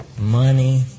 money